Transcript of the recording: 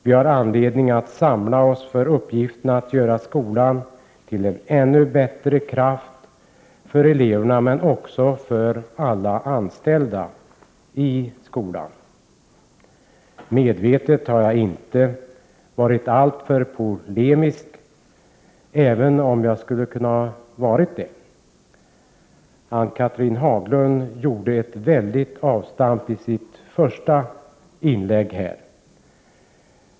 Vi har anledning att samla oss för uppgiften att göra skolan till en ännu bättre kraft för eleverna men också för alla anställda i skolan. Medvetet har jag inte varit alltför polemisk, även om jag skulle ha kunnat vara det. Ann-Cathrine Haglund gjorde ett väldigt avstamp i sitt första inlägg.